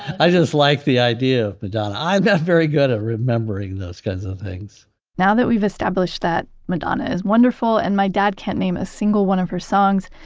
i just like the idea of madonna. i'm not very good at remembering those kinds of things now that we've established that madonna is wonderful, and my dad can't name a single one of her songs,